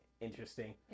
interesting